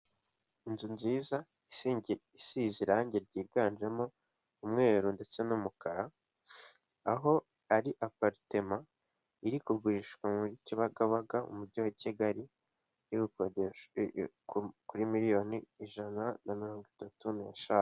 Inzu nziza isize irangi ryiganjemo umweru ndetse n'umukara, aho hari aparitema iri kugurishwa muri Kibagabaga umujyi wa Kigali, iri gukodeshwa kuri miriyoni ijana na mirongo itatu n'eshanu.